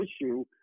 issue